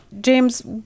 James